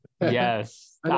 Yes